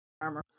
armor